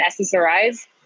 ssris